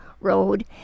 Road